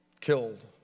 killed